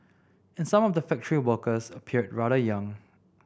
and some of the factory workers appeared rather young